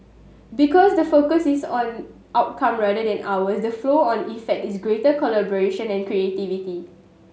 because the focus is on outcome rather than hours the flow on effect is greater collaboration and creativity